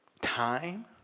Time